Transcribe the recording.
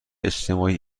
اجتماعی